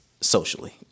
socially